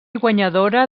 guanyadora